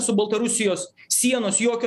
su baltarusijos sienos jokio